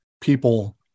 people